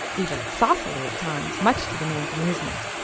even saucily at times, much to the man's amusement.